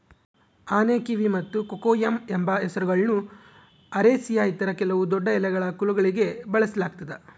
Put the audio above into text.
ಆನೆಕಿವಿ ಮತ್ತು ಕೊಕೊಯಮ್ ಎಂಬ ಹೆಸರುಗಳನ್ನು ಅರೇಸಿಯ ಇತರ ಕೆಲವು ದೊಡ್ಡಎಲೆಗಳ ಕುಲಗಳಿಗೆ ಬಳಸಲಾಗ್ತದ